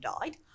died